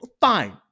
fine